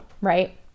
Right